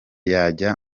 yajya